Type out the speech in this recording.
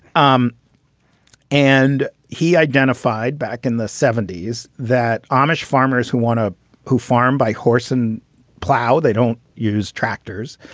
um and he identified back in the seventy s that amish farmers who want to who farm by horse and plow, they don't use tractors,